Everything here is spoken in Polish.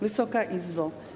Wysoka Izbo!